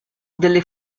delle